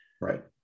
Right